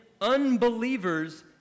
unbelievers